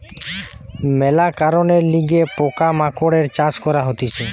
মেলা কারণের লিগে পোকা মাকড়ের চাষ করা হতিছে